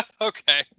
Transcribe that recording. okay